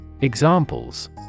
Examples